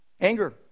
anger